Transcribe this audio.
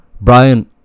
Brian